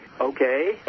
Okay